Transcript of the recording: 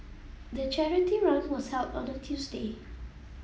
the charity run was held on a Tuesday